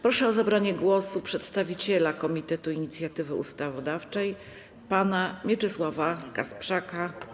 Proszę o zabranie głosu przedstawiciela Komitetu Inicjatywy Ustawodawczej pana Mieczysława Kasprzaka.